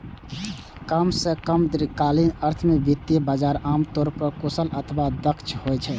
कम सं कम दीर्घकालीन अर्थ मे वित्तीय बाजार आम तौर पर कुशल अथवा दक्ष होइ छै